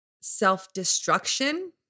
self-destruction